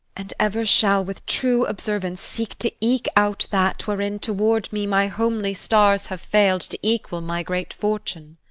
and ever shall with true observance seek to eke out that wherein toward me my homely stars have fail'd to equal my great fortune.